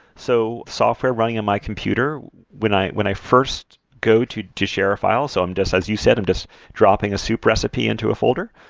so software running on my computer when i when i first go to to share a file, so i'm just as you said i'm just dropping a soup recipe into a folder.